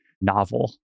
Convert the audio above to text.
novel